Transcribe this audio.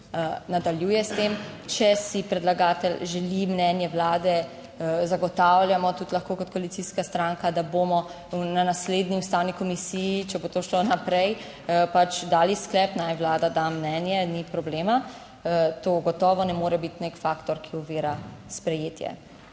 nadaljuje s tem. Če si predlagatelj želi mnenje Vlade, zagotavljamo tudi lahko kot koalicijska stranka, da bomo na naslednji Ustavni komisiji, če bo to šlo naprej, pač dali sklep, naj Vlada da mnenje, ni problema. To gotovo ne more biti nek faktor, ki ovira sprejetje.